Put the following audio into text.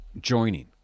joining